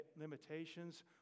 limitations